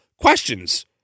questions